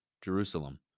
Jerusalem